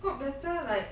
got better like